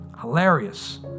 hilarious